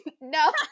No